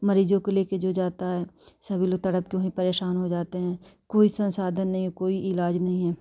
मरीज़ों को लेकर जो जाता है सभी लोग तड़प के वहीं परेशान हो जाते हैं कोई संसाधन नहीं कोई इलाज नहीं है